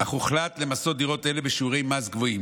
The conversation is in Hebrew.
אך הוחלט למסות דירות אלה בשיעורי מס גבוהים